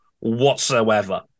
whatsoever